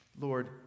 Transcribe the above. Lord